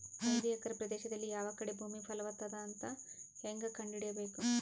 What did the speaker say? ಐದು ಎಕರೆ ಪ್ರದೇಶದಲ್ಲಿ ಯಾವ ಕಡೆ ಭೂಮಿ ಫಲವತ ಅದ ಅಂತ ಹೇಂಗ ಕಂಡ ಹಿಡಿಯಬೇಕು?